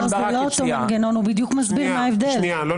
עם